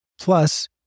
Plus